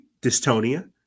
dystonia